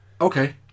okay